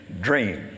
dream